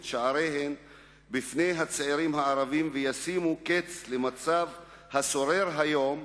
שעריהן בפני הצעירים הערבים וישימו קץ למצב השורר היום,